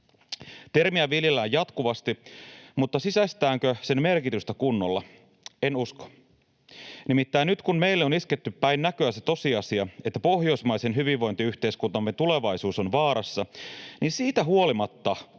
Termiä viljellään jatkuvasti, mutta sisäistetäänkö sen merkitystä kunnolla? En usko. Nimittäin nyt, kun meille on isketty päin näköä se tosiasia, että pohjoismaisen hyvinvointiyhteiskuntamme tulevaisuus on vaarassa, siitä huolimatta